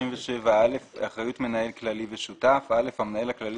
37.אחריות מנהל כללי ושותף המנהל הכללי